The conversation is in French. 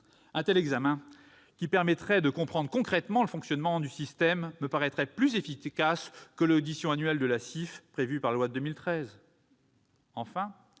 Un tel examen, qui permettrait de comprendre concrètement le fonctionnement du système, me paraîtrait plus efficace que l'audition annuelle de la CIF prévue par la loi de 2013.